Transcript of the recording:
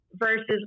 versus